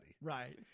Right